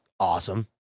Awesome